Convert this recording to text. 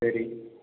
சரி